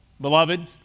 beloved